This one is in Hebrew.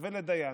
ולית דיין.